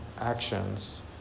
actions